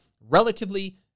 relatively